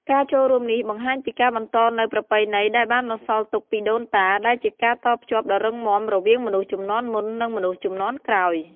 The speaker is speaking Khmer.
ការចូលរួមនេះបង្ហាញពីការបន្តនូវប្រពៃណីដែលបានបន្សល់ទុកពីដូនតា ដែលជាការតភ្ជាប់ដ៏រឹងមាំរវាងមនុស្សជំនាន់មុន និងមនុស្សជំនាន់ក្រោយ។